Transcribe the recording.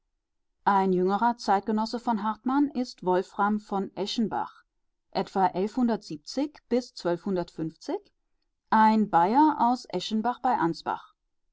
ein jüngerer zeitgenosse von hartmann ist wolfram von eschenbach etwa ein bayer aus eschenbach bei ansbach